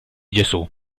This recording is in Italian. gesù